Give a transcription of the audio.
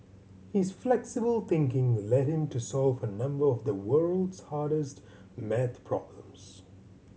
his flexible thinking led him to solve a number of the world's hardest maths problems